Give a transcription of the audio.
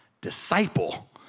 disciple